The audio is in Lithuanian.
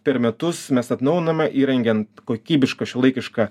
per metus mes atnaujiname įrengiant kokybišką šiuolaikišką